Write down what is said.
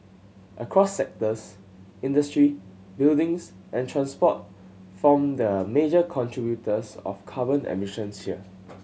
across sectors industry buildings and transport form the major contributors of carbon emissions here